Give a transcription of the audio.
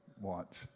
watch